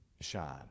shine